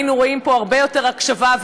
היינו רואים פה הרבה יותר הקשבה,